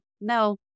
no